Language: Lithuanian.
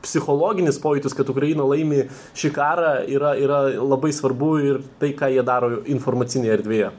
psichologinis pojūtis kad ukraina laimi šį karą yra yra labai svarbu ir tai ką jie daro informacinėje erdvėje